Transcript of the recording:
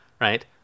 right